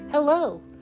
Hello